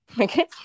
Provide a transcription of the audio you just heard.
Okay